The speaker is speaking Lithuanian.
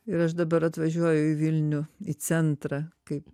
ir aš dabar atvažiuoju į vilnių į centrą kaip